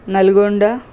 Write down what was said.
Nalgonda